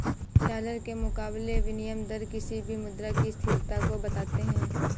dollar के मुकाबले विनियम दर किसी भी मुद्रा की स्थिरता को बताते हैं